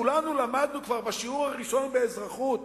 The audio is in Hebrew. כולנו למדנו כבר בשיעור הראשון באזרחות,